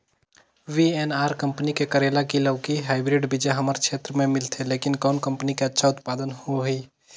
VNR company के करेला की लौकी हाईब्रिड बीजा हमर क्षेत्र मे मिलथे, लेकिन कौन कंपनी के अच्छा उत्पादन होही?